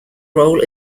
role